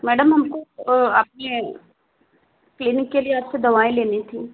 madam हमको वो आपकी क्लिनिक के लिए आपसे दवाएं लेनी थी